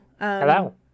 Hello